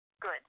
good